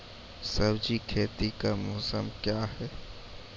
सब्जी खेती का मौसम क्या हैं?